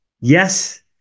Yes